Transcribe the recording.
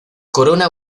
corona